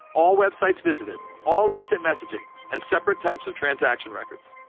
all websites visited, all instant messaging, and separate types of transaction records.